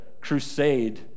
crusade